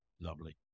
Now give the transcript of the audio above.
Lovely